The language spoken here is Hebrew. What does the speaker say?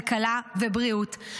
כלכלה ובריאות.